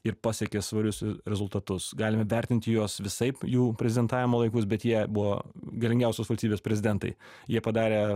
ir pasiekė svarius rezultatus galime vertinti juos visaip jų prezidentavimo laikus bet jie buvo galingiausios valstybės prezidentai jie padarė